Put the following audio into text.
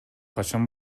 качан